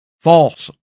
false